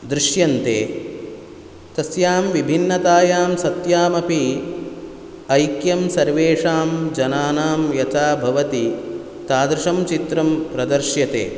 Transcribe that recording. दृश्यन्ते तस्यां विभिन्नतायां सत्यामपि ऐक्यं सर्वेषां जनानां यथा भवति तादृशं चित्रं प्रदर्श्यते